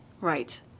Right